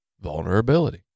vulnerability